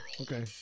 Okay